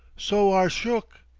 sowar shuk!